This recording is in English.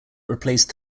replaced